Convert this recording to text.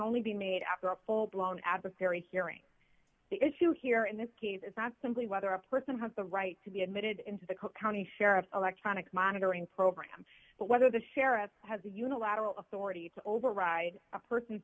only be made after a full blown adversary hearing the issue here in this case is not simply whether a person has the right to be admitted into the cook county sheriff's electronic monitoring program but whether the sheriff has the unilateral authority to override a person's